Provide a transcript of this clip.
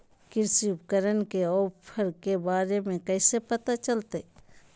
कृषि उपकरण के ऑफर के बारे में कैसे पता चलतय?